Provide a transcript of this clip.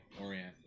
Orient